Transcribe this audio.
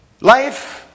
Life